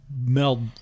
meld